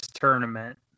tournament